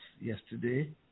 yesterday